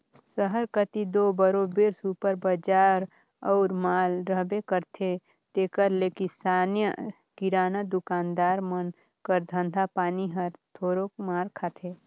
सहर कती दो बरोबेर सुपर बजार अउ माल रहबे करथे तेकर ले किराना दुकानदार मन कर धंधा पानी हर थोरोक मार खाथे